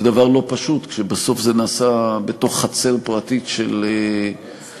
זה דבר לא פשוט כשבסוף זה נעשה בתוך חצר פרטית של גורם.